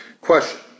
Question